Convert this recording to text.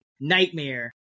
nightmare